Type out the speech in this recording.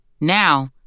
Now